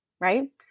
right